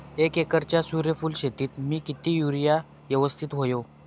एक एकरच्या सूर्यफुल शेतीत मी किती युरिया यवस्तित व्हयो?